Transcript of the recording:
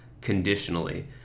conditionally